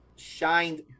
Shined